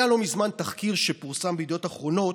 היה לא מזמן תחקיר שפורסם בידיעות אחרונות,